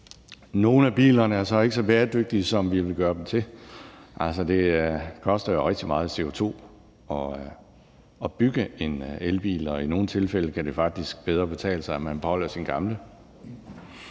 Nogle af bilerne er så ikke så bæredygtige, som vi vil gøre dem til. Det koster jo rigtig meget CO2 at bygge en elbil, og i nogle tilfælde kan det faktisk bedre betale sig, at man beholder sin gamle